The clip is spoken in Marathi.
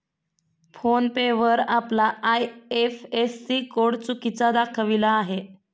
फोन पे वर आपला आय.एफ.एस.सी कोड चुकीचा दाखविला आहे